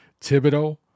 Thibodeau